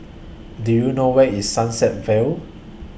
Do YOU know Where IS Sunset Vale